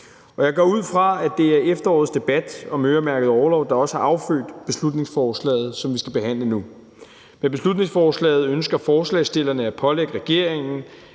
Jeg går ud fra, at det er efterårets debat om øremærket orlov, der også har affødt beslutningsforslaget, som vi skal behandle nu. Med beslutningsforslaget ønsker forslagsstillerne at pålægge regeringen